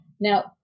Now